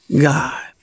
God